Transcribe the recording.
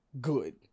good